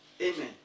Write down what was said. Amen